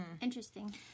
Interesting